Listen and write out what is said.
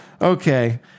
okay